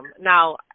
Now